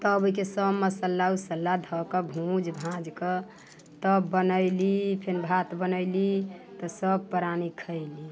तब ओहिके सभ मसाला उसाला धऽ कऽ ओकरा भूजि भाजि कऽ तब बनयली फेर भात बनयली तऽ सभ प्राणी खयली